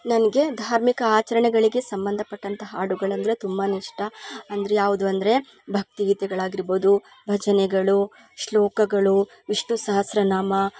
ನನಗೆ ಧಾರ್ಮಿಕ ಆಚರಣೆಗಳಿಗೆ ಸಂಬಂಧಪಟ್ಟಂತಹ ಹಾಡುಗಳಂದರೆ ತುಂಬಾ ಇಷ್ಟ ಅಂದರೆ ಯಾವುದು ಅಂದರೆ ಭಕ್ತಿ ಗೀತೆಗಳಾಗಿರ್ಬೋದು ಭಜನೆಗಳು ಶ್ಲೋಕಗಳು ವಿಷ್ಣು ಸಹಸ್ರ ನಾಮ